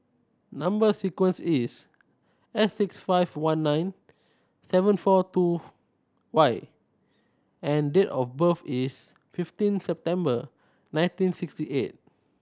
number sequence is S six five one nine seven four two Y and date of birth is fifteen September nineteen sixty eight